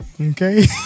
Okay